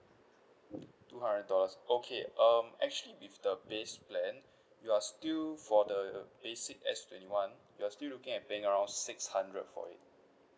two hundred dollars okay um actually with the base plan you are still for the basic S twenty one you are still looking at paying around six hundred for it